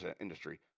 industry